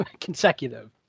consecutive